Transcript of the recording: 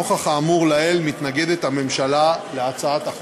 נוכח האמור לעיל, הממשלה מתנגדת להצעת החוק.